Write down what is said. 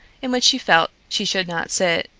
in which she felt she should not sit.